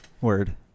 Word